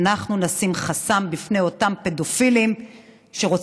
אנחנו נשים חסם בפני אותם פדופילים שרוצים